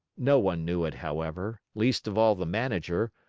no one knew it, however, least of all the manager,